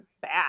bad